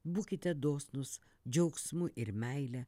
būkite dosnūs džiaugsmu ir meile